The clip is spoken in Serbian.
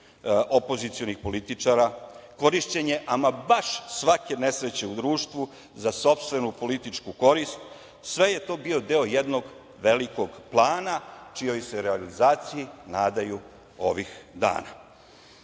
opozicionih političara, korišćenje baš svake nesreće u društvu za sopstvenu političku korist. Sve je to bio deo jednog velikog plana čijoj se realizaciji nadaju ovih dana. Srce